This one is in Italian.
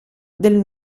del